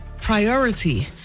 priority